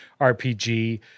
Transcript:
RPG